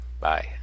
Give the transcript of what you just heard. Bye